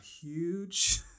huge